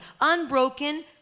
unbroken